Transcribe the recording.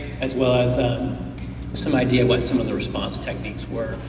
as well as um some idea of what some of the response techniques were.